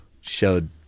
showed